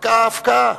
פקעה ההפקעה.